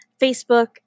Facebook